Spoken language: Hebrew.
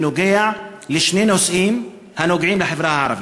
בנוגע לשני נושאים הנוגעים לחברה הערבית.